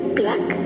black